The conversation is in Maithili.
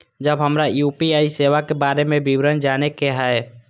जब हमरा यू.पी.आई सेवा के बारे में विवरण जाने के हाय?